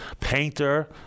painter